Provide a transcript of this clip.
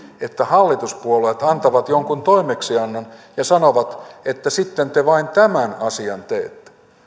niin hallituspuolueet antavat jonkun toimeksiannon ja sanovat että sitten te vain tämän asian teette